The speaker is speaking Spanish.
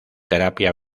terapia